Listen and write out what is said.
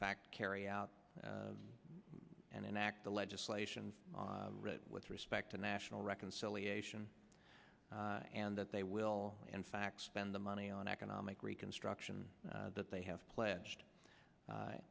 fact carry out and enact the legislation with respect to national reconciliation and that they will in fact spend the money on economic reconstruction that they have pledged